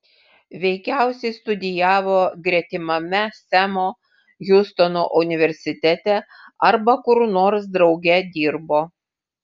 veikiausiai studijavo gretimame semo hiustono universitete arba kur nors drauge dirbo